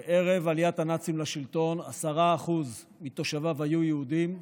וערב עליית הנאצים לשלטון 10% מתושביו היו יהודים.